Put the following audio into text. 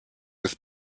with